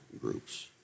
groups